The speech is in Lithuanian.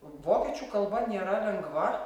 vokiečių kalba nėra lengva